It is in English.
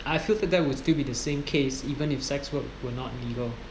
I feel that there would still be the same case even if sex work were not legal